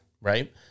Right